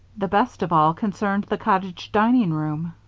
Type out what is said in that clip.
the best of all concerned the cottage dining-room.